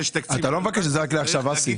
אתה לא מבקש את התיקון הזה רק לעכשיו, אסי.